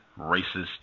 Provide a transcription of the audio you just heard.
racist